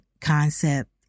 concept